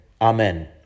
Amen